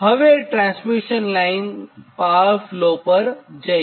હવે ટ્રાન્સમિશન લાઇનનાં power flow પર જઇએ